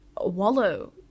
wallow